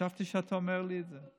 חשבתי שאתה אומר לי את זה.